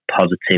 positive